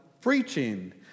preaching